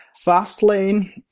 Fastlane